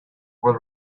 will